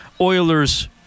Oilers